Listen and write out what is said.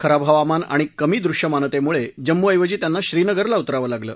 खराब हवामान आणि कमी दृश्यमानतेमुळे जम्मू ऐवजी त्यांना श्रीनगरला उतराव लागलं